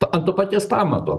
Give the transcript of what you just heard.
ant to paties pamato